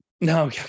No